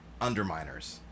underminers